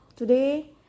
Today